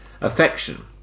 affection